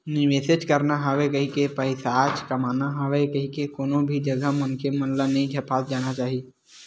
निवेसेच करना हवय कहिके, पइसाच कमाना हवय कहिके कोनो भी जघा मनखे मन ल नइ झपा जाना चाही